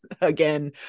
again